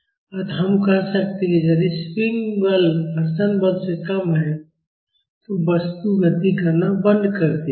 अतः हम कह सकते हैं कि यदि स्प्रिंग बल घर्षण बल से कम है तो वस्तु गति करना बंद कर देगी